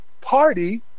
party